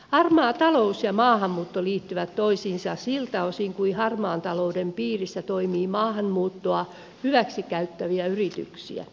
harmaa talous ja maahanmuutto liittyvät toisiinsa siltä osin kuin harmaan talouden piirissä toimii maahanmuuttoa hyväksikäyttäviä yrityksiä